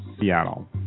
Seattle